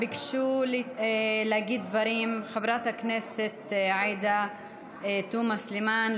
ביקשה להגיד דברים חברת הכנסת עאידה תומא סלימאן,